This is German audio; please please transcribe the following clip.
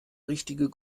richtige